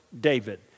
David